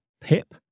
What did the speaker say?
Pip